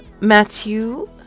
Matthew